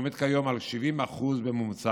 עומד כיום על 70% בממוצע,